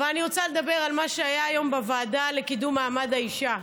אבל אני רוצה לדבר על מה שהיה היום בוועדה לקידום מעמד האישה.